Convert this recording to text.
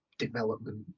development